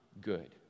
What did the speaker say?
good